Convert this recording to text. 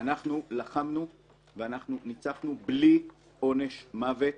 אנחנו לחמנו ואנחנו ניצחנו בלי עונש מוות,